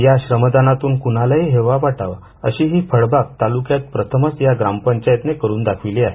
या श्रमदानातून क्णालाही हेवा वाटावा अशी हि फळबाग तालुक्यात प्रथमच या ग्रामपंचातने करून दाखविली आहेत